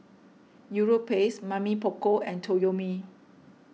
Europace Mamy Poko and Toyomi